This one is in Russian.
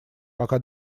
пока